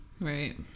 Right